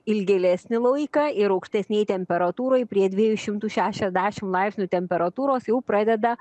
ilgėlesnį laiką ir aukštesnėj temperatūroj prie dviejų šimtų šešiasdešim laipsnių temperatūros jau pradeda